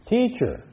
Teacher